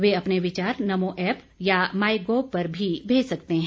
वे अपने विचार नमो ऐप्प या माईगोव पर भी भेज सकते हैं